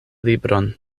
libron